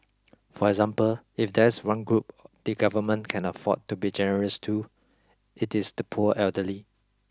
for example if there's one group the government can afford to be generous to it is the poor elderly